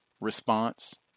response